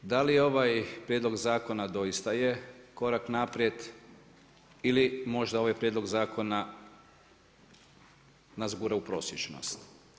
Da li je ovaj prijedlog zakona doista je korak naprijed ili možda ovaj prijedlog zakona nas gura u prosječnost.